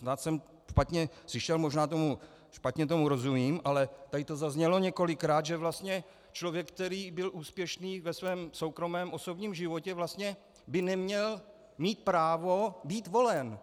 Snad jsem špatně slyšel, možná tomu špatně rozumím, ale tady to zaznělo několikrát, že vlastně člověk, který byl úspěšný ve svém soukromém osobním životě, by vlastně neměl mít právo být volen.